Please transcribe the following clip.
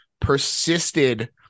persisted